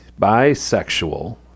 Bisexual